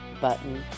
button